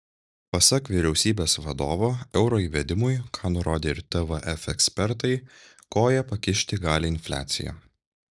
pasak vyriausybės vadovo euro įvedimui ką nurodė ir tvf ekspertai koją pakišti gali infliacija